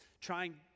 trying